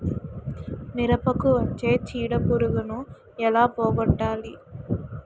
మిరపకు వచ్చే చిడపురుగును ఏల పోగొట్టాలి?